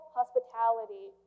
hospitality